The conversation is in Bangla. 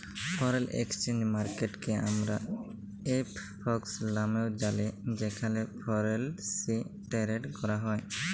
ফরেল একসচেঞ্জ মার্কেটকে আমরা এফ.এক্স লামেও জালি যেখালে ফরেলসি টেরেড ক্যরা হ্যয়